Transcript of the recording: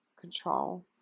control